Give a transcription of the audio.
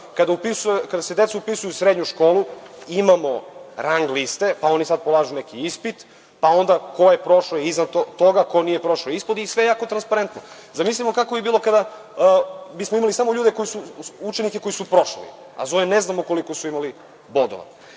kada se deca upisuju u srednju školu imamo rang liste, pa oni sad polažu neki ispit, pa onda ko je prošao iznad toga, a ko nije prošao ispod toga i sve je jako transparentno. Zamislite kako bi bilo kada bismo imali samo ljude, učenike koji su prošli, a za ove ne znamo koliko su imali bodova. Zbog